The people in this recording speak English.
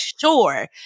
sure